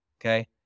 Okay